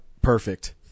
Perfect